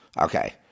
Okay